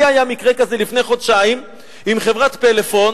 לי היה מקרה כזה לפני חודשיים עם חברת "פלאפון"